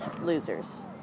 losers